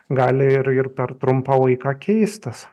gali ir ir per trumpą laiką keistas